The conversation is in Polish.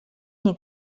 nie